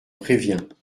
préviens